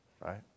Right